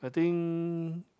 I think